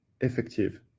effective